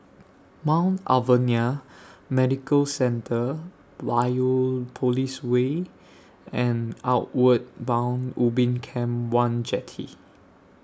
Mount Alvernia Medical Centre Biopolis Way and Outward Bound Ubin Camp one Jetty